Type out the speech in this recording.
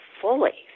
fully